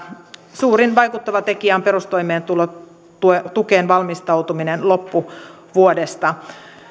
suurin vaikuttava tekijä on perustoimeentulotukeen valmistautuminen loppuvuodesta